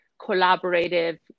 collaborative